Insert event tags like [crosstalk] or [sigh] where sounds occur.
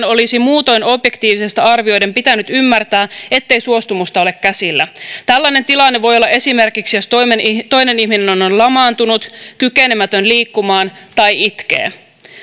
[unintelligible] olisi muutoin objektiivisesti arvioiden pitänyt ymmärtää ettei suostumusta ole käsillä tällainen tilanne voi olla esimerkiksi jos toinen ihminen on on lamaantunut kykenemätön liikkumaan tai itkee